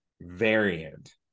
variant